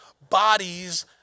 bodies